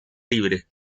libre